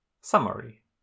Summary